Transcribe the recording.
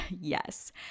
Yes